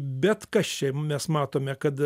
bet kas čia mes matome kad